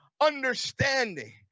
understanding